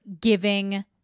giving